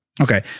Okay